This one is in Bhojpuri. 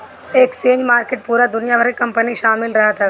एक्सचेंज मार्किट पूरा दुनिया भर के कंपनी शामिल रहत हवे